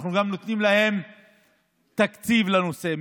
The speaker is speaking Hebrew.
אנחנו גם נותנים להם תקציב לנושא,